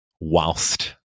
whilst